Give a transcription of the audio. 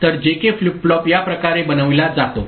तर जेके flip flop या प्रकारे बनविला जातो